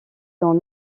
dans